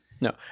no